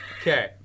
Okay